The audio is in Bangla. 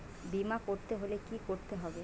বিমা করতে হলে কি করতে হবে?